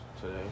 today